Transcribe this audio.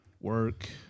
work